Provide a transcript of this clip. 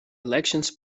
elections